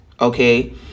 Okay